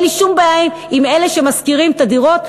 אין לי שום בעיה עם אלה שמשכירים את הדירות,